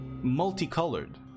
multicolored